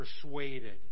persuaded